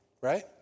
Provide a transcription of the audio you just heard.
right